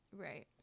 Right